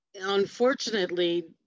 Unfortunately